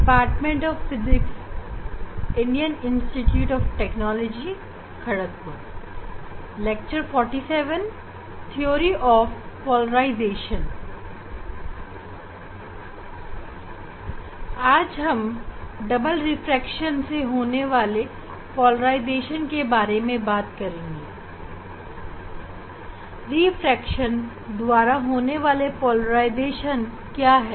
refraction द्वारा होने वाली पोलराइजेशन क्या है